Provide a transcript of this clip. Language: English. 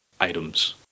items